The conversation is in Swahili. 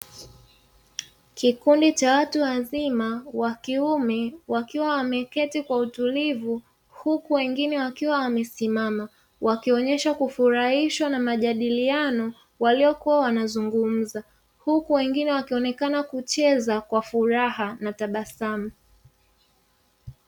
Kikundi cha watu wazima wa kiume, wakiwa wameketi kwa utulivu, huku wengine wakiwa wamesimama, wakionyesha kufurahishwa na majadiliano waliyokuwa wanazungumza. Huku wengine wakionekana kucheza kwa furaha na tabasamu.